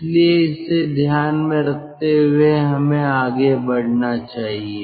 इसलिए इसे ध्यान में रखते हुए हमें आगे बढ़ना चाहिए